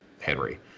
Henry